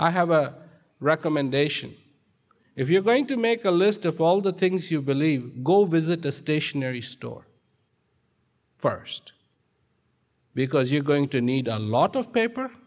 i have a recommendation if you're going to make a list of all the things you believe go visit the stationery store first because you're going to need a lot of paper